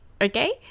okay